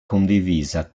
condivisa